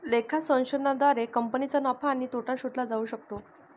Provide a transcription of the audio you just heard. लेखा संशोधनाद्वारे कंपनीचा नफा आणि तोटा शोधला जाऊ शकतो